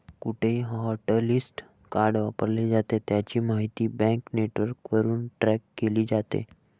कुठेही hotlist card वापरले जाते, त्याची माहिती बँक नेटवर्कवरून ट्रॅक केली जाते